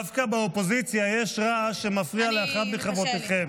דווקא באופוזיציה יש רעש שמפריע לאחת מחברותיכם.